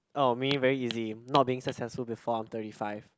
oh me very easy not being successful before I'm thirty five